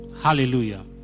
Hallelujah